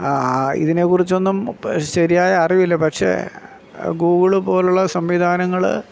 ഇതിനെക്കുറിച്ചൊന്നും ശരിയായ അറിവില്ല പക്ഷെ ഗൂഗിള് പോലുള്ള സംവിധാനങ്ങൾ